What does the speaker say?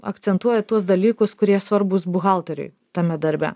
akcentuoja tuos dalykus kurie svarbūs buhalteriui tame darbe